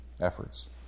efforts